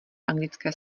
anglické